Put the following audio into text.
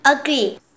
agree